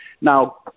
Now